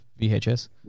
VHS